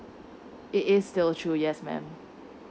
it is still true yes mam